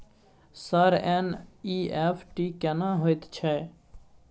Sir NEFT केना होयत छै?